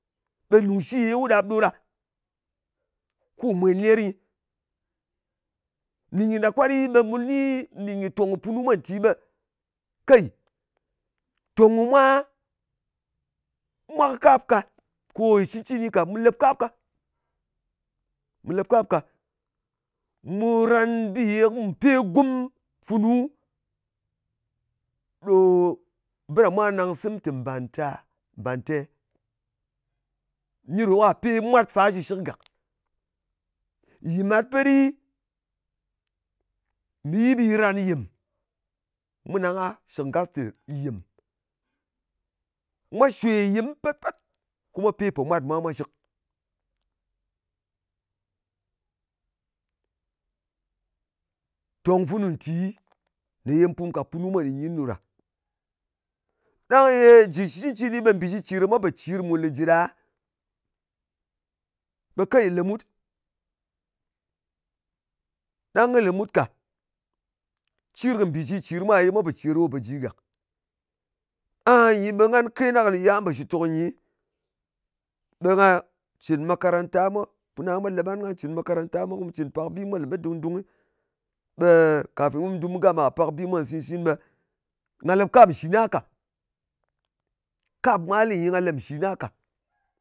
Ɓe nùng shi ye wu ɗap ɗo ɗa, ko wù mwen ner nyɨ. nɗin kɨ ɗa kwat ɗi, ɓe mu ni nɗìn kɨ tòng kɨ punu mwa nti, ɓe kai, tong kɨ mwa ɓe mwa kɨ kap ka. Kò shɨ cɨncɨni ka. Mu lep kap. Mu lep kap ka. Mu ran bi ye ko mù pe gum funu ɗo, ɓi ɗa mwa naŋg sɨm tè mbànta. Mbante. Nyi ɗò kwa pe mwat fa shɨshɨk gàk. Yɨ̀ mat pet ɗɨ, ɓe mɨ yi ɓe yɨ ran yɨm. Mu nang a shɨk ngas tè yɨm. Mwa shwè yɨm pet-pet, ko mwa pe pòmwa kɨ mwa mwā shɨk. Tòng funu nti ko ye mu pu ka punu mwa nɗin kɨni ɗo ɗa. Ɗang ye jɨ shɨ cɨnɨ, ɓe mbì cir-cir ɗa mwa po cir mùn lè jɨ ɗa, ɓe key lemut. Ɗang kɨ lèmut ka. Cir kɨ mbì cir-cir mwa ye mwa pò cìr ɗo pò ji gàk. Ahanyi, ɓe ngan kena kɨni ye nga pò shɨtòk nyi, ɓe nga cɨn makaranta mwa. Puna mwa lep ngan, ko mu cɨn makaranta, ko mu cɨn pak bi mwa lèmet dung-dungɨ, ɓe kafin kum dù gama kɨ pak bi mwa nshìt-nshit ɓe ngà lèp kap nshì na ka. Kap mwa lɨ nyi. ɓe mga lep nshì na ka.